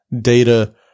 data